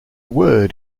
word